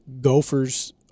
gophers